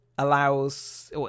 allows